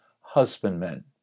husbandmen